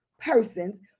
persons